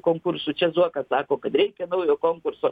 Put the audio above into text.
konkursų čia zuokas sako kad reikia naujo konkurso